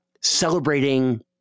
celebrating